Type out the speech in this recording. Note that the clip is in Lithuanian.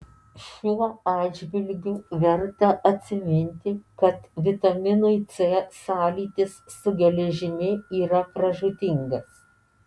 šiuo atžvilgiu verta atsiminti kad vitaminui c sąlytis su geležimi yra pražūtingas